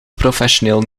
professioneel